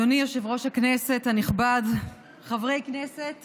אדוני יושב-ראש הכנסת הנכבד, חברי כנסת